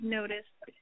noticed